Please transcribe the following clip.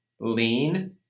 lean